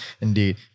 Indeed